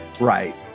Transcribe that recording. Right